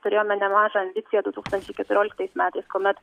turėjome nemažą ambiciją du tūkstančiai keturioliktais metais kuomet